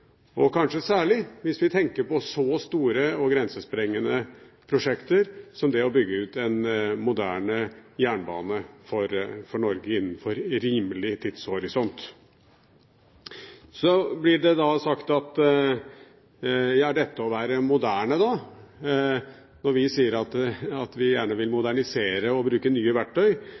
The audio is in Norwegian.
og kanskje særlig hvis vi tenker på så store og grensesprengende prosjekter som det å bygge ut en moderne jernbane for Norge innenfor rimelig tidshorisont. Så blir det sagt: Er dette å være moderne, da? Når vi sier at vi gjerne vil modernisere og bruke nye verktøy,